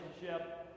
relationship